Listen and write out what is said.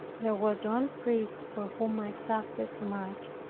there was one priest for whom i suffered much,